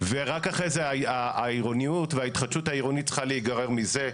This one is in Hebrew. ורק אחרי זה העירוניות וההתחדשות העירונית צריכה להיגרר מזה.